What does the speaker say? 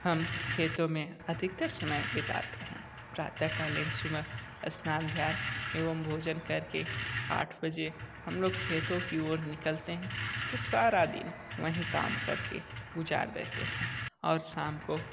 हम खेतों में अधिकतर समय बिताते हैं प्रातः कालीन सुबह स्नान ध्यान एवं भोजन करके आठ बजे हम लोग खेतों की ओर निकलते हैं तो सारा दिन वहीं काम कर के गुजार देते हैं और शाम को